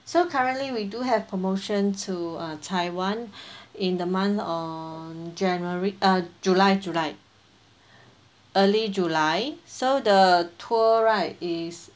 so currently we do have promotion to uh taiwan in the month on january uh july july early july so the tour right is